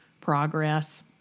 progress